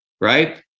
right